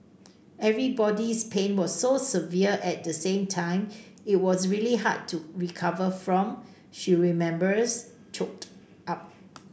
everybody's pain was so severe at the same time it was really hard to recover from she remembers choked up